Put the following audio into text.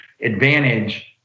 advantage